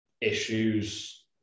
issues